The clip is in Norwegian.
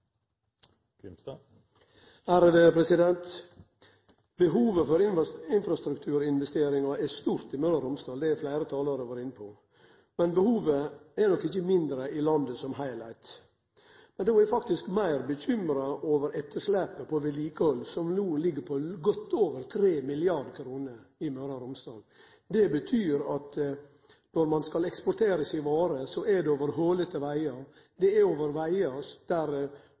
fleire talarar vore inne på. Men behovet er nok ikkje mindre i landet som heilskap. Då er eg faktisk meir bekymra over etterslepet på vedlikehald, som no ligg på godt over 3 mrd. kr i Møre og Romsdal. Det betyr at når ein skal eksportere varene sine, er det over holete vegar, det er over vegar der